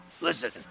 Listen